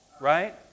right